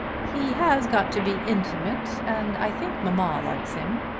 he has got to be intimate and i think mamma likes him.